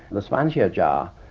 the suanxuejia,